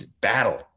battle